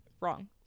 Wrong